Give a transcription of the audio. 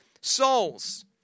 souls